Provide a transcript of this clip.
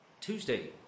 Tuesday